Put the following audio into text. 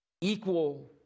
equal